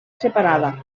separada